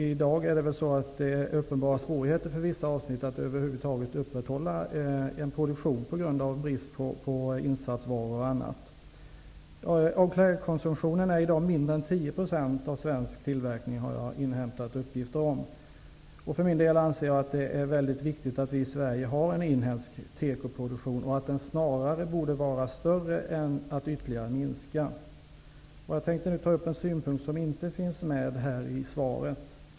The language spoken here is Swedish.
I dag är det uppenbara svårigheter att över huvud taget upprätthålla en produktion för vissa avsnitt på grund av brist på insatsvaror m.m. Av klädkonsumtionen utgörs i dag mindre än 10 % av svensktillverkade kläder har jag inhämtat uppgifter om. För min del anser jag att det är mycket viktigt att vi i Sverige har en inhemsk tekoproduktion och att den snarare borde öka än att minska ytterligare. Jag avser nu att ta upp en synpunkt som inte fanns med i svaret.